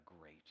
great